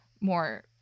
more